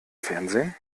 fernsehen